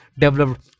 developed